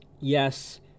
yes